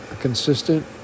consistent